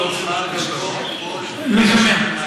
מה?